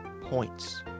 points